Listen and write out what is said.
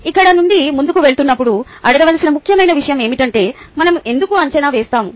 ఇక్కడ నుండి ముందుకు వెళుతున్నప్పుడు అడగవలసిన ముఖ్యమైన విషయం ఏమిటంటే మనం ఎందుకు అంచనా వేస్తాము